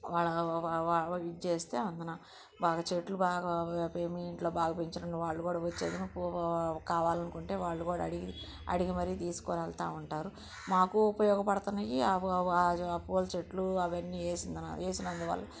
వాళ్ళ ఇచ్చి అందులో బాగా చెట్లు బాగా మీ ఇంట్లో బాగా పెంచారని వాళ్ళు కూడా వచ్చి ఏదైన పూ కావాలి అనుకుంటే వాళ్ళు కూడా అడిగి అడిగి మరి తీసుకొని వెళుతు ఉంటారు మాకు ఉపయోగపడుతున్నాయి పూల చెట్లు అవన్నీ వేసిన వేసిన అందువల్ల